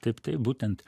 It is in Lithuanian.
taip taip būtent